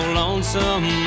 lonesome